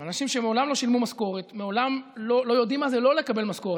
אבל אנשים שמעולם לא שילמו משכורת לא יודעים מה זה לא לקבל משכורת.